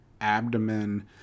abdomen